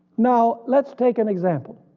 now let's take an example.